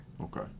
Okay